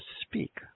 speak